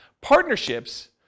Partnerships